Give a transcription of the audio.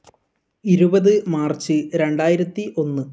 ഇരുപത് മാർച്ച് രണ്ടായിരത്തി ഒന്ന്